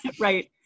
Right